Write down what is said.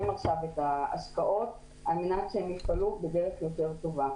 עכשיו את ההשקעות על מנת שהם יפעלו בדרך יותר טובה.